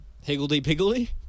Higgledy-piggledy